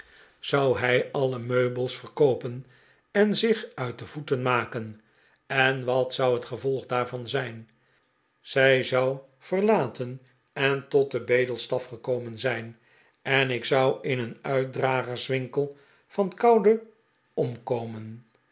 zou hij alle meubels verkoopen en zich uit de voeten maken en wat zou het gevolg daarvan zijn zij zou verlaten en tot den bedelstaf gekomen zijn en ik zou in een uitdragerswinkel van kou de omkomen